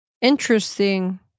Interesting